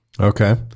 Okay